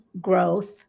growth